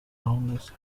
brownish